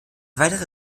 weitere